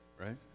Right